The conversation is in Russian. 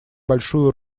большую